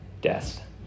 Death